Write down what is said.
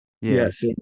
yes